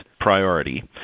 priority